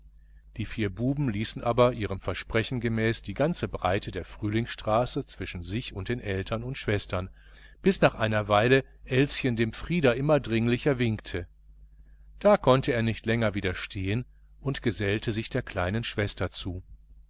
die vier buben ließen aber ihrem versprechen gemäß die ganze breite der frühlingsstraße zwischen sich und den eltern und schwestern bis nach einer weile elschen dem frieder immer dringlicher winkte da konnte er nicht länger widerstehen und gesellte sich der kleinen schwester zu